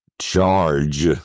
charge